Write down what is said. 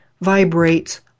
vibrates